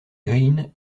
green